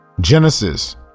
Genesis